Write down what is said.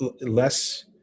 less